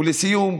ולסיום,